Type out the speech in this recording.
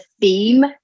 theme